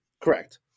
Correct